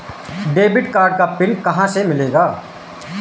Debit card का PIN कहां से मिलेगा?